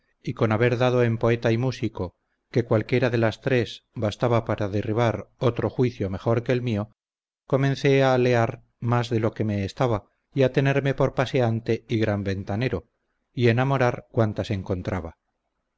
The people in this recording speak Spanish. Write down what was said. y con haber dado en poeta y músico que cualquiera de las tres bastaba para derribar otro juicio mejor que el mío comencé a alear más de lo que me estaba y a tenerme por paseante y gran ventanero y enamorar cuantas encontraba